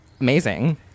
amazing